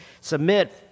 submit